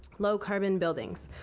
low carbon buildings.